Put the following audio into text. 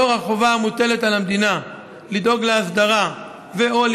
לאור החובה המוטלת על המדינה לדאוג להסדרה ו/או